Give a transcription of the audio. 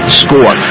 score